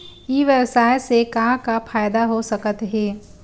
ई व्यवसाय से का का फ़ायदा हो सकत हे?